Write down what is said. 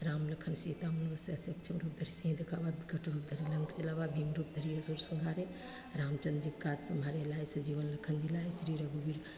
राम लखन सीता मन बसिया सूक्ष्म रूप धरि सियहिं दिखावा बिकट रूप धरि लंक जरावा भीम रूप धरि असुर संहारे रामचन्द्र के काज सवारे लाये सजीवन लखन जियाये श्री रघुबीर